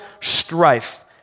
strife